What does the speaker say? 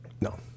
No